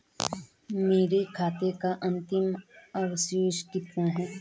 मेरे खाते का अंतिम अवशेष कितना है?